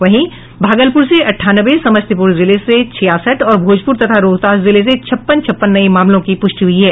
वहीं भागलपुर से अंठानवे समस्तीपुर जिले से छियासठ और भोजपुर तथा रोहतास जिले से छप्पन छप्पन नये मामलों की पुष्टि हुई है